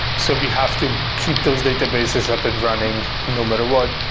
so we have to keep those databases up and running no matter what.